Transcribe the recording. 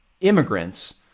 immigrants